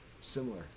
similar